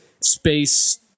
space